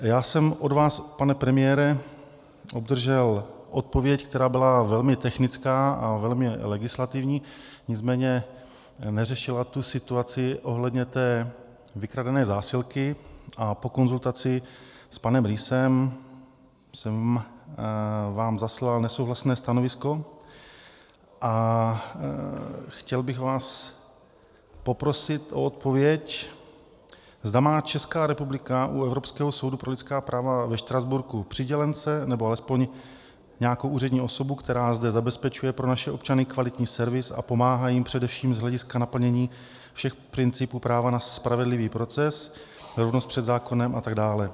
A já jsem od vás, pane premiére, obdržel odpověď, která byla velmi technická a velmi legislativní, nicméně neřešila tu situaci ohledně té vykradené zásilky, a po konzultaci s panem Riessem jsem vám zaslal nesouhlasné stanovisko a chtěl bych vás poprosit o odpověď, zda má Česká republika u Evropského soudu pro lidská práva ve Štrasburku přidělence, nebo alespoň nějakou úřední osobu, která zde zabezpečuje pro naše občany kvalitní servis a pomáhá jim především z hlediska naplnění všech principů práva na spravedlivý proces, rovnost před zákonem atd.